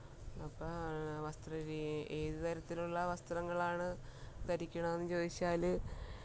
അപ്പം വസ്ത്രരീതി ഏത് തരത്തിലുള്ള വസ്ത്രങ്ങളാണ് ധരിക്കണമെന്ന് ചോദിച്ചാൽ